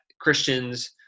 Christians